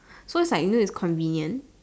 first like this is convenient